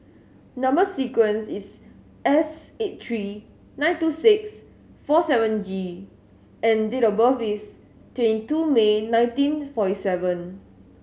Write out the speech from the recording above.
number sequence is S eight three nine two six four seven G and date of birth is twenty two May nineteen forty seven